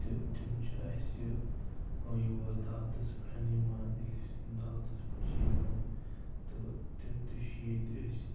تہِ تِم چھِ اَسہِ یور دعوتَس پٮ۪ٹھ یِوان ییٚلہِ أسۍ دعوتَس پٮ۪ٹھ چھِ یِوان تہٕ تِم تہِ چھِ ییٚتہِ أسۍ